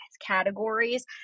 categories